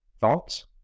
Thoughts